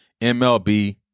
MLB